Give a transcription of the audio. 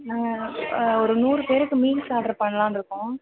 ஆ ஒரு நூறு பேருக்கு மீல்ஸ் ஆர்டர் பண்லாம்னு இருக்கோம்